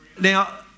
Now